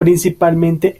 principalmente